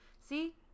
See